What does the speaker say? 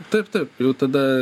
taip taip jau tada